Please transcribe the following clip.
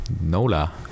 Nola